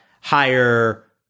higher